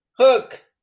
Hook